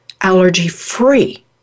allergy-free